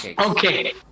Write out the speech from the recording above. okay